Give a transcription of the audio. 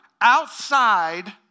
outside